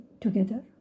together